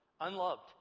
Unloved